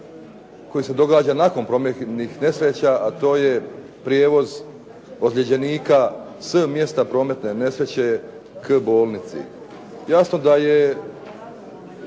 koji se događa nakon prometnih nesreća a to je prijevoz ozljeđenika s mjesta prometne nesreće k bolnici. Jasno da je